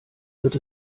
wird